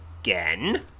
again